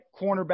cornerback